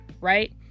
right